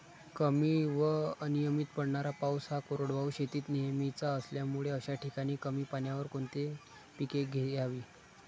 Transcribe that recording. कमी व अनियमित पडणारा पाऊस हा कोरडवाहू शेतीत नेहमीचा असल्यामुळे अशा ठिकाणी कमी पाण्यावर कोणती पिके घ्यावी?